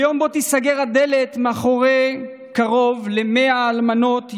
ליום שבו תיסגר הדלת מאחורי קרוב ל-100 אלמנות,